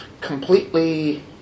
completely